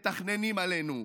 מתכננים עלינו,